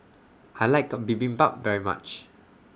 I like A Bibimbap very much